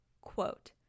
Quote